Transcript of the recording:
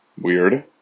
Weird